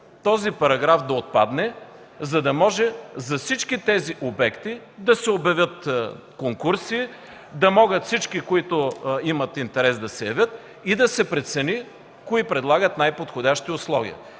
този параграф да отпадне, за да може за всички такива обекти да се обявят конкурси и всички, които имат интерес, да могат да се явят. Да се прецени кои предлагат най-подходящи условия.